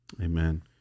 Amen